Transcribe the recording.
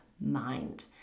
mind